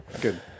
good